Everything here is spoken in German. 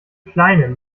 kleinen